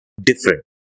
different